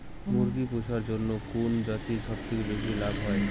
মুরগি পুষার জন্য কুন জাতীয় সবথেকে বেশি লাভ হয়?